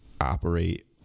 operate